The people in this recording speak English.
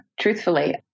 truthfully